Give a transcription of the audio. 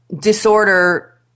disorder